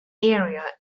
area